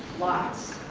lots.